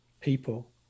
people